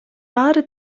баары